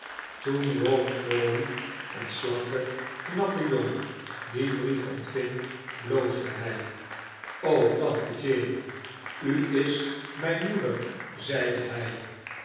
rawdon crawley een slanke knappe jongen dien brief ontving bloosde hij o tante jane u is mijn moeder zeide hij